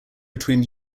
between